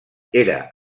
era